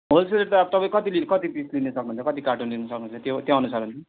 wholesale rate त अब तपाईँ कति कति पिस लिन सक्नुहुन्छ कति कार्टुन लिन सक्नुहुन्छ त्यो त्यही अनुसार